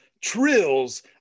trills